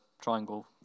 triangle